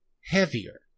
heavier